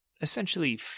essentially